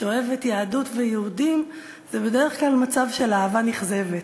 שאוהבת יהדות ויהודים זה בדרך כלל מצב של אהבה נכזבת.